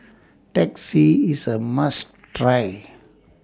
Teh C IS A must Try